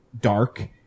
dark